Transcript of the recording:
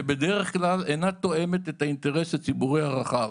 שבדרך כלל אינה תואמת את האינטרס הציבורי הרחב.